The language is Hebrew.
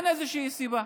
אין איזושהי סיבה.